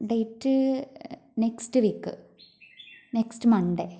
date next week next Monday